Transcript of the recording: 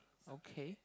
okay